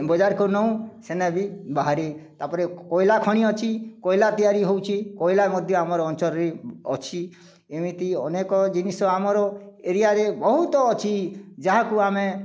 ବଜାରକୁ ନଉଁ ସେନେ ବି ବାହାରି ତା'ପରେ କୋଇଲା ଖଣି ଅଛି କୋଇଲା ତିଆରି ହେଉଛି କୋଇଲା ମଧ୍ୟ ଆମ ଅଞ୍ଚଳରେ ଅଛି ଏମିତି ଅନେକ ଜିନିଷ ଆମର ଏରିଆରେ ବହୁତ ଅଛି ଯାହାକୁ ଆମେ